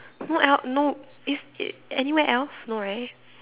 what el~ no is it anywhere else no right